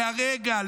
להרגע,